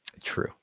true